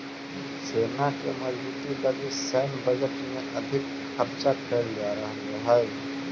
सेना के मजबूती लगी सैन्य बजट में अधिक खर्च कैल जा रहल हई